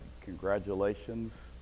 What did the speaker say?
congratulations